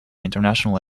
international